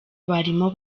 barimo